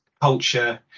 culture